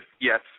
Yes